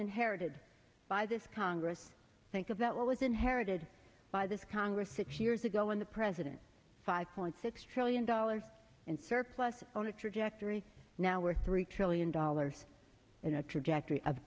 inherited by this congress think of that what was inherited by this congress six years ago when the president five point six trillion dollars in surplus on a trajectory now we're three trillion dollars in a trajectory of